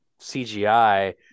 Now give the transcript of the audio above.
CGI